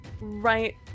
right